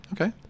Okay